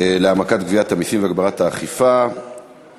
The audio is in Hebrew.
להעמקת גביית המסים והגברת האכיפה (ייעול אמצעי הגבייה ודיווח),